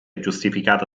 giustificata